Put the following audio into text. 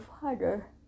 father